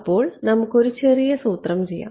അതിനാൽ നമുക്ക് ഒരു ചെറിയ സൂത്രം ചെയ്യാം